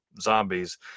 zombies